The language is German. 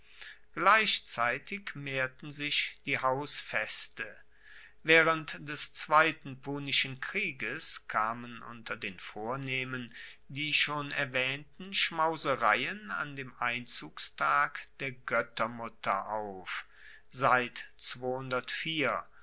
gleichzeitig mehrten sich die hausfeste waehrend des zweiten punischen krieges kamen unter den vornehmen die schon erwaehnten schmausereien an dem einzugstag der goettermutter auf